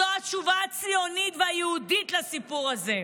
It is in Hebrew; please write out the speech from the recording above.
זו התשובה הציונית והיהודית לסיפור הזה.